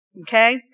Okay